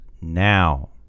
now